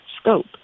scope